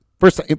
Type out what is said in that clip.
First